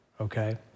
Okay